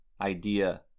idea